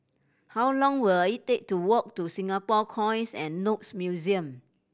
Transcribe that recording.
how long will it take to walk to Singapore Coins and Notes Museum